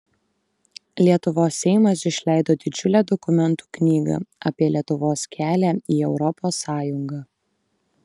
lietuvos seimas išleido didžiulę dokumentų knygą apie lietuvos kelią į europos sąjungą